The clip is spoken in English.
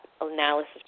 analysis